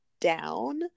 down